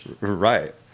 Right